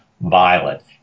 violet